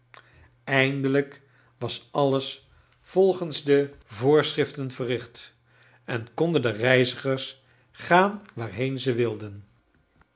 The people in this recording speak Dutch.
rindelijk was alles volgen s de voorcharles dickens schriften verricht en konden de reizigers gaan waarheen zij wilden